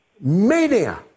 mania